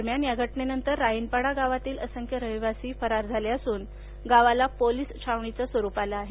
दरम्यान या घटनेनंतर राईनपाडा गावातील असंख्य रहिवासी फरार झाले असून गावाला पोलिस छावणीच स्वरूप आल आहे